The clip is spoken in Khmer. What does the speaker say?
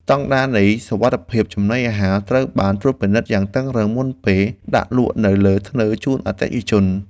ស្តង់ដារនៃសុវត្ថិភាពចំណីអាហារត្រូវបានត្រួតពិនិត្យយ៉ាងតឹងរ៉ឹងមុនពេលដាក់លក់នៅលើធ្នើរជូនអតិថិជន។